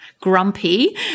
grumpy